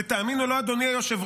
ותאמין או לא, אדוני היושב-ראש,